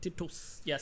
yes